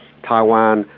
taiwan,